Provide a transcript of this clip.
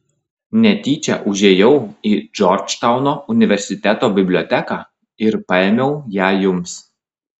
netyčia užėjau į džordžtauno universiteto biblioteką ir paėmiau ją jums